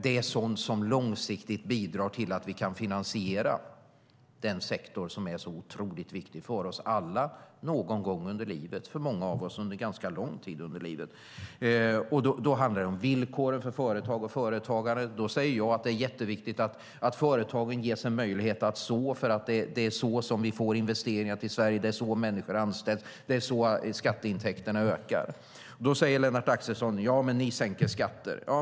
Det är sådant som långsiktigt bidrar till att vi kan finansiera den sektor som är så otroligt viktig för oss alla någon gång under livet och för många av oss under en ganska lång tid av livet. Då handlar det om villkoren för företag och företagare. Det är jätteviktigt att företagen ges en möjlighet att "så", för det är så vi får investeringar till Sverige. Det är så människor anställs. Det är så skatteintäkterna ökar. Lennart Axelsson säger att vi sänker skatter.